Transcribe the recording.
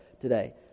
today